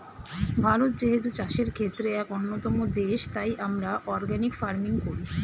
ভারত যেহেতু চাষের ক্ষেত্রে এক অন্যতম দেশ, তাই আমরা অর্গানিক ফার্মিং করি